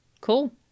cool